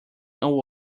all